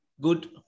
good